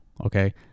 Okay